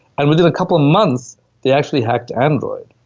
and within a couple of months they actually hacked android.